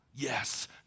yes